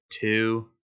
two